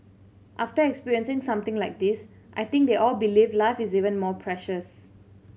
after experiencing something like this I think they all believe life is even more precious